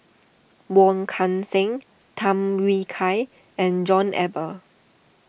Wong Kan Seng Tham Yui Kai and John Eber